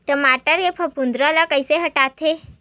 टमाटर के फफूंद ल कइसे हटाथे?